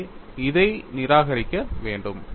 எனவே இதை நிராகரிக்க வேண்டும்